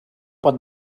pot